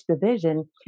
division